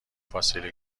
فاصله